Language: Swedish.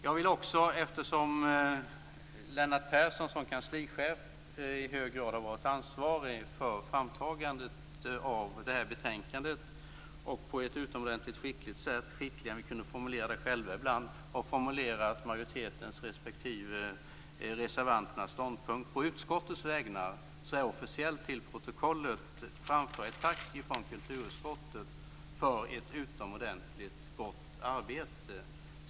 Eftersom Lennart Persson, kulturutskottets kanslichef, i hög grad har varit ansvarig för framtagandet av detta betänkande och på ett utomordentligt skickligt sätt - skickligare än vi själva ibland - har formulerat majoritetens respektive reservanternas ståndpunkter vill jag på utskottets vägnar så här officiellt till protokollet framföra ett tack från kulturutskottet för ett utomordentligt gott arbete.